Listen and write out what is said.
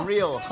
Real